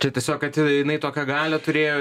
tai tiesiog kad ir jinai tokią galią turėjo